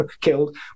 killed